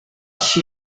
she